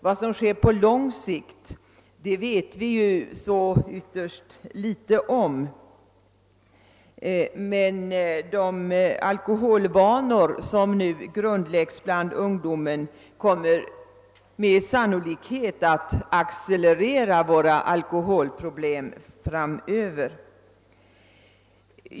Vad som sker på lång sikt vet vi ytterst litet om, men de alkoholvanor som nu grundläggs bland ungdomen kommer sannolikt att accelerera alkoholproblemen framöver.